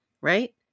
Right